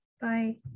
Bye